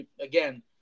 Again